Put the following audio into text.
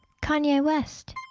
kanye west